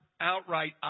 outright